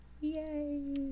Yay